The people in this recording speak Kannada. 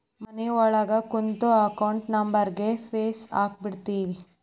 ಮನಿಯೊಳಗ ಕೂತು ಅಕೌಂಟ್ ನಂಬರ್ಗ್ ಫೇಸ್ ಹಾಕಿಬಿಡ್ತಿವಿ